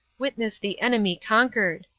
witness the enemy conquered.